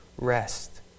rest